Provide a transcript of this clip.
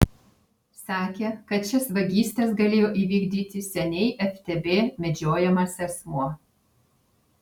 sakė kad šias vagystes galėjo įvykdyti seniai ftb medžiojamas asmuo